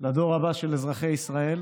לדור הבא של אזרחי ישראל.